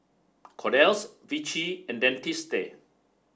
Kordel's Vichy and Dentiste